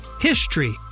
HISTORY